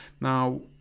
now